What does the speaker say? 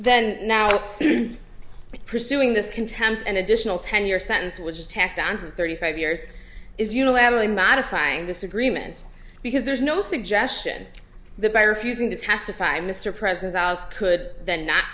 then now pursuing this contempt and additional ten year sentence was tacked on to thirty five years is unilaterally modifying disagreements because there's no suggestion that by refusing to testify mr president could then not